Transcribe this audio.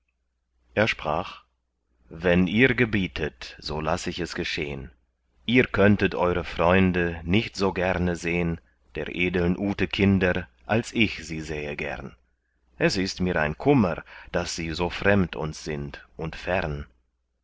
er sprach wenn ihr gebietet so laß ich es geschehn ihr könntet eure freunde nicht so gerne sehn der edeln ute kinder als ich sie sähe gern es ist mir ein kummer daß sie so fremd uns sind und fern